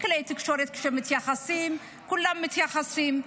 כלי תקשורת מתייחסים, כולם מתייחסים.